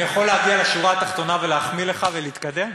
אני יכול להגיע לשורה התחתונה, להחמיא לך ולהתקדם?